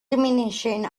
diminishing